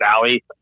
valley